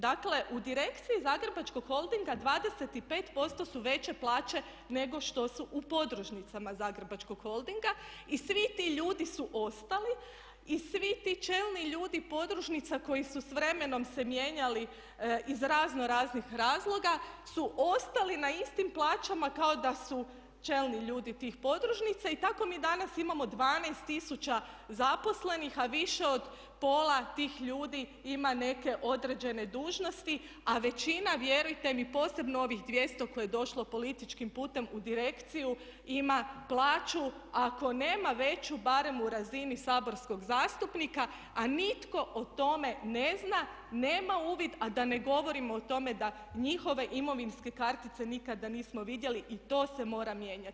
Dakle, u Direkciji Zagrebačkog holdinga 25% su veće plaće nego što su u podružnicama Zagrebačkog holdinga i svi ti ljudi su ostali i svi ti čelni ljudi podružnica koji su s vremenom se mijenjali iz razno raznih razloga su ostali na istim plaćama kao da su čelni ljudi tih podružnica i tako mi danas imamo 12000 zaposlenih, a više od pola tih ljudi ima neke određene dužnosti, a većina vjerujte mi posebno ovih 200 koje je došlo političkim putem u Direkciju ima plaću ako nema veću barem u razini saborskog zastupnika, a nitko o tome ne zna, nema uvid, a da ne govorim o tome da njihove imovinske kartice nikada nismo vidjeli i to se mora mijenjati.